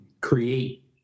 create